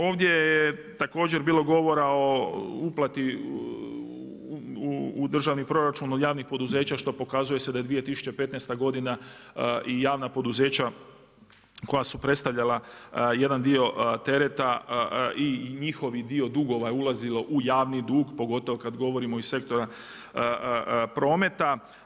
Ovdje je također bilo govora o uplati u državni proračun od javnih poduzeća što pokazuje se da je 2015. i javna poduzeća koja su predstavljala jedan dio tereta i njihov dio dugova je ulazilo u javni dug, pogotovo kada govorimo od sektora prometa.